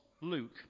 Luke